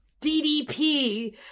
DDP